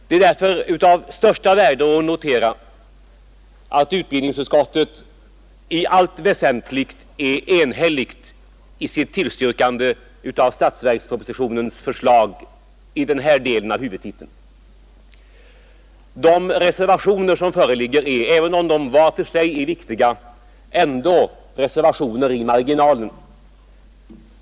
Det är därför av största värde att notera att utbildningsutskottet i allt väsentligt är enhälligt i sitt tillstyrkande av statsverkspropositionens förslag i den här delen av huvudtiteln. De reservationer som föreligger är, även om de var för sig är viktiga, ändå reservationer i marginalen.